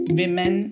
women